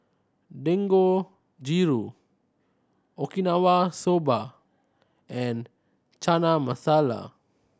Dangojiru Okinawa Soba and Chana Masala